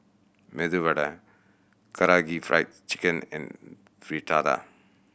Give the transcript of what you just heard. Medu Vada Karaage Fried Chicken and Fritada